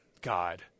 God